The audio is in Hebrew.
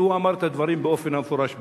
והוא אמר את הדברים באופן המפורש ביותר,